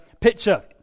picture